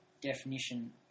definition